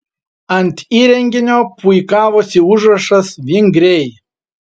ant įrenginio puikavosi užrašas vingriai